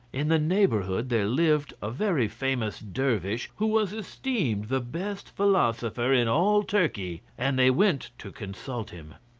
in the neighbourhood there lived a very famous dervish who was esteemed the best philosopher in all turkey, and they went to consult him.